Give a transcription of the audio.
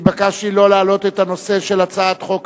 נתבקשתי שלא להעלות את הנושא של הצעת חוק